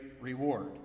reward